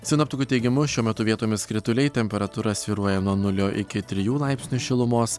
sinoptikų teigimu šiuo metu vietomis krituliai temperatūra svyruoja nuo nulio iki trijų laipsnių šilumos